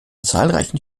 zahlreichen